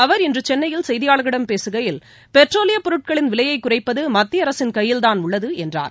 அவர் இன்று சென்னையில் செய்தியாளர்களிடம் பேசுகையில் பெட்ரோலிய பொருட்களின் விலையைக் குறைப்பது மத்திய அரசின் கையில்தான் உள்ளது என்றார்